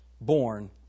born